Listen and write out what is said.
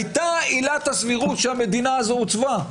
הייתה עילת הסבירות שהמדינה הזו עוצבה.